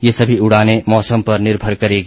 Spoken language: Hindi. ये सभी उड़ाने मौसम पर निर्भर करेगी